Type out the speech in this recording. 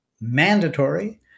mandatory